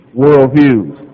worldviews